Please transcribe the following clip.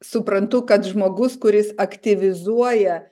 suprantu kad žmogus kuris aktyvizuoja